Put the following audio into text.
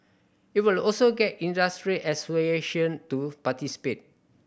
it will also get industry association to participate